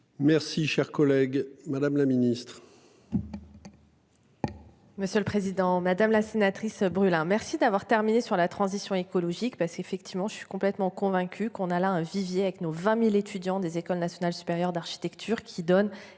Merci cher collègue. Madame la Ministre.